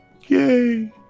yay